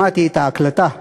שמעתי את ההקלטה.